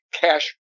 cash